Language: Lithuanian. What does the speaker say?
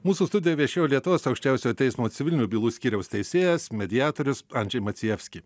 mūsų studijoj viešėjo lietuvos aukščiausiojo teismo civilinių bylų skyriaus teisėjas mediatorius andžej macijevski